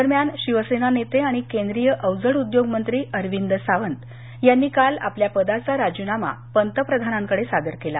दरम्यान शिवसेना नेते आणि केंद्रीय अवजड उद्योग मंत्री अरविंद सावंत यांनी काल आपल्या पदाचा राजीनामा पंतप्रधानांकडे सादर केला